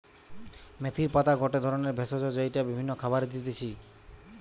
মেথির পাতা গটে ধরণের ভেষজ যেইটা বিভিন্ন খাবারে দিতেছি